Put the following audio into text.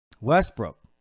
Westbrook